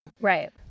Right